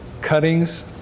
cuttings